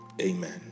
Amen